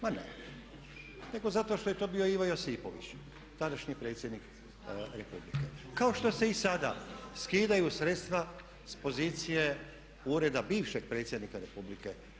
Ma ne, nego zato što je to bio Ivo Josipović, tadašnji predsjednik Republike kao što se i sada skidaju sredstva s pozicije ureda bivšeg predsjednika Republike.